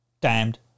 Damned